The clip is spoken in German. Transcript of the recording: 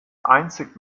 einzig